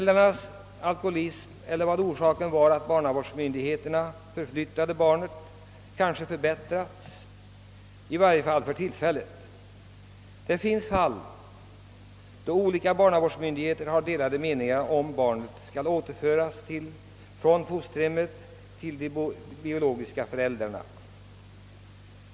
Deras alkoholism eller de andra förhållanden som förorsakade barnavårdsmyndigheternas förflyttning av barnet har kanske — i varje fall för tillfället — förbättrats. Det finns fall där olika barnavårdsmyndigheter har delade meningar om huruvida barnet skall återföras från fosterhemmet till de biologiska föräldrarna.